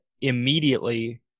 immediately